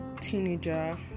teenager